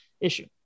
issue